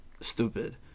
stupid